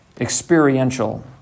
experiential